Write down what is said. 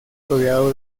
rodeado